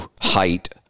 height